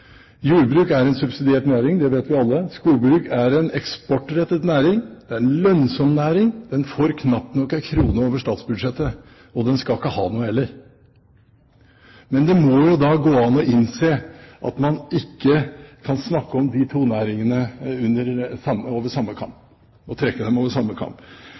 jordbruk, og det er skogbruk. Jordbruk er en subsidiert næring, det vet vi alle. Skogbruk er en eksportrettet næring, det er en lønnsom næring, den får knapt nok en krone over statsbudsjettet – og den skal ikke ha noe heller. Men man må innse at man kan ikke skjære disse to næringene over samme kam. Jeg hørte bl.a. representanten Holmelid snakke om at restriksjonene i landbruket forsvares ved at man får overføringer over